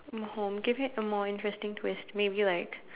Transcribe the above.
home give it a more interesting twist maybe like